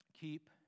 keep